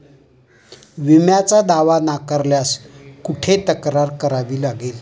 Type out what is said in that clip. विम्याचा दावा नाकारल्यास कुठे तक्रार करावी लागेल?